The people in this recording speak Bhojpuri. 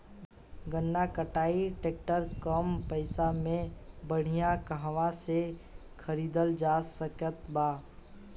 गन्ना कटाई ट्रैक्टर कम पैसे में बढ़िया कहवा से खरिदल जा सकत बा?